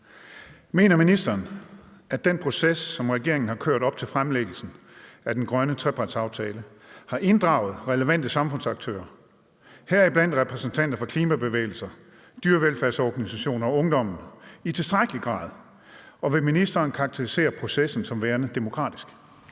Mener ministeren, at den proces, som regeringen har kørt op til fremlæggelsen af den grønne trepartsaftale, har inddraget relevante samfundsaktører – heriblandt repræsentanter fra klimabevægelser, dyrevelfærdsorganisationer og ungdommen – i tilstrækkelig grad, og vil ministeren karakterisere processen som værende demokratisk?